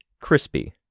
Crispy